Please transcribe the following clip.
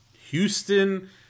houston